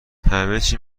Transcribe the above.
همچی